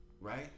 Right